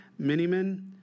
Miniman